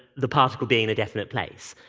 the particle being in a definite place.